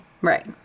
Right